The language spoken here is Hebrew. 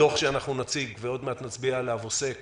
הדוח שאנחנו נציג ונצביע עליו עוסק